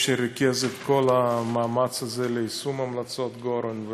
כל המאמץ הזה ליישום המלצות גורן,